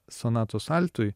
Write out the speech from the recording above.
sonatos altui